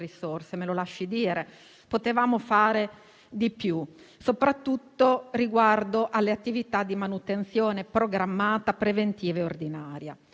risorse; mi lasci dire che potevamo fare di più, soprattutto riguardo alle attività di manutenzione programmata, preventiva e ordinaria.